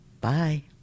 Bye